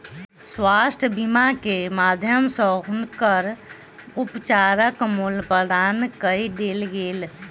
स्वास्थ्य बीमा के माध्यम सॅ हुनकर उपचारक मूल्य प्रदान कय देल गेल